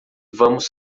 vamos